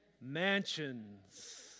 mansions